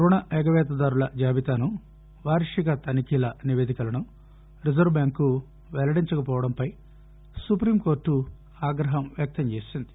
రుణ ఎగవేతదారుల జాబితాను వార్షిక తనిఖీల నివేదికలను రిజర్వు బ్యాంకు వెల్లడించకపోవడంపై సుప్రీం కోర్టు ఆగ్రహం వ్యక్తం చేసింది